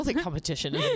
competition